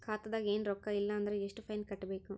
ಖಾತಾದಾಗ ಏನು ರೊಕ್ಕ ಇಲ್ಲ ಅಂದರ ಎಷ್ಟ ಫೈನ್ ಕಟ್ಟಬೇಕು?